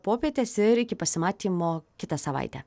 popietės ir iki pasimatymo kitą savaitę